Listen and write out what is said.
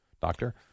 Doctor